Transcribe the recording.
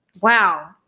Wow